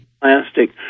plastic